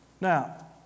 Now